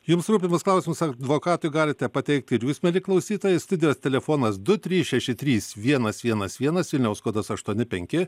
jums rūpimus klausimus advokatui galite pateikti ir jūs mieli klausytojai studijos telefonas du trys šeši trys vienas vienas vienas vilniaus kodas aštuoni penki